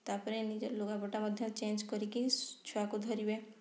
ତା'ପରେ ନିଜ ଲୁଗାପଟା ମଧ୍ୟ ଚେଞ୍ଜ୍ କରି କି ଛୁଆକୁ ଧରିବେ